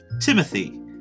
Timothy